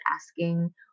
asking